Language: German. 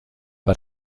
war